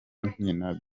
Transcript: nkina